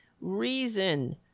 reason